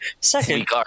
Second